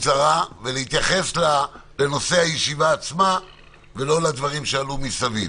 בקצרה לנושא הישיבה עצמה ולא לדברים שעלו מסביב.